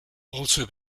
also